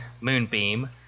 Moonbeam